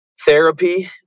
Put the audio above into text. therapy